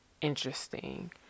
interesting